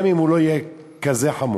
גם אם הוא לא יהיה כזה חמור.